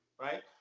right